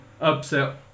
upset